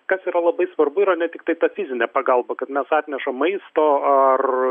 kas yra labai svarbu yra ne tiktai ta fizinė pagalba kad mes atnešam maisto ar